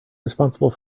responsible